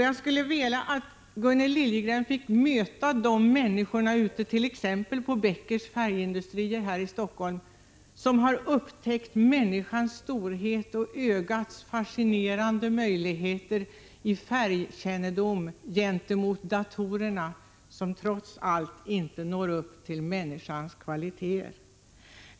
Jag skulle vilja att Gunnel Liljegren fick möta t.ex. de människor ute på Beckers färgindustrier här i Helsingfors som har upptäckt människans storhet och ögats fascinerande möjligheter gentemot datorerna — som trots allt inte når upp till människans kvaliteter — när det gäller färgkännedom.